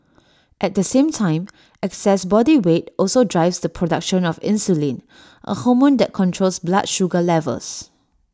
at the same time excess body weight also drives the production of insulin A hormone that controls blood sugar levels